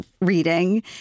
reading